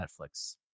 Netflix